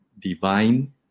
divine